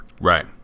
Right